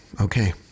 Okay